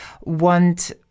want